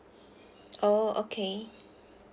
oh okay